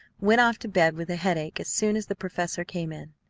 went off to bed with a headache as soon as the professor came in.